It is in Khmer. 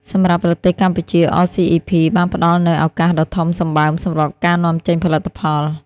សម្រាប់ប្រទេសកម្ពុជា អ សុី អុី ភី (RCEP)បានផ្តល់នូវឱកាសដ៏ធំសម្បើមសម្រាប់ការនាំចេញផលិតផល។